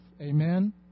Amen